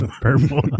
Purple